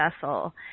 vessel